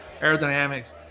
aerodynamics